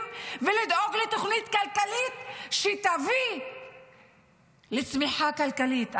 ולדאוג לתוכנית כלכלית שתביא לצמיחה כלכלית.